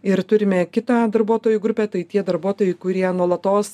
ir turime kitą darbuotojų grupę tai tie darbuotojai kurie nuolatos